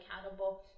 accountable